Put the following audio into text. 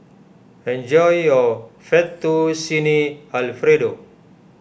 enjoy your Fettuccine Alfredo